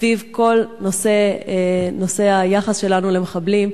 סביב כל נושא היחס שלנו למחבלים.